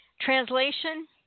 Translation